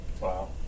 Wow